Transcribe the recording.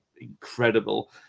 incredible